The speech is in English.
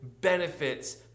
benefits